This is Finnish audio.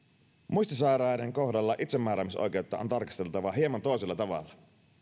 muistisairaiden kohdalla itsemääräämisoikeutta on tarkisteltava hieman toisella tavalla